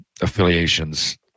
affiliations